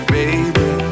baby